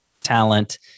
talent